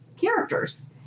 characters